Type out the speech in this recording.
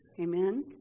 Amen